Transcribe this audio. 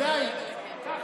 ולא יתקדם?